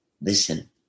Listen